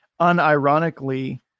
unironically